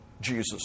Jesus